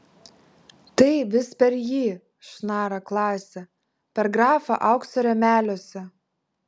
tai vis per jį šnara klasė per grafą aukso rėmeliuose